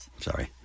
Sorry